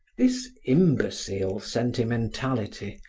this imbecile sentimentality,